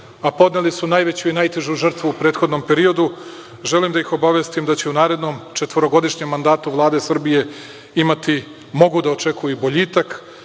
a podneli su najveću i najtežu žrtvu u prethodnom periodu, želim da ih obavestim da će u narednom četvorogodišnjem mandatu Vlade Srbije mogu da očekuju boljitak